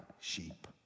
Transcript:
sheep